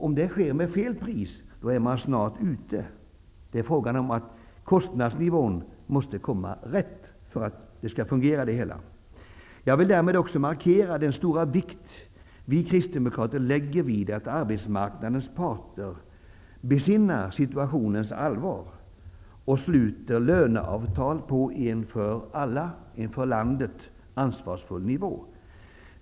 Om det sker med fel pris är man snart ute. Kostnadsnivån måste komma rätt för att det hela skall fungera. Jag vill också markera den stora vikt vi kristdemokrater lägger vid att arbetsmarknadens parter besinnar situationens allvar och sluter löneavtal på en för alla, för landet ansvarsfull nivå.